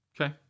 Okay